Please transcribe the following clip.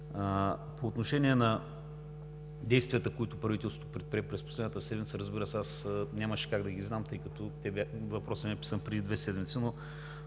По отношение на действията, които правителството предприе през последната седмица, разбира се, аз нямаше как да ги знам, тъй като въпросът е писан преди две седмици.